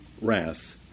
wrath